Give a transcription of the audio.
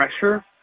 pressure